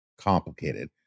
complicated